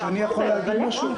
מהתייעצות שארכה מעבר לזמן.